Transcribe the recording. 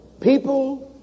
People